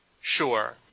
sure